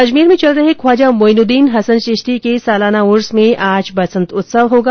अजमेर में चल रहे ख्वाजा मोईनुद्दीन हसन चिश्ती के सालाना उर्स में आज बसंत उत्सव होगा